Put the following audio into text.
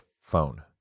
phone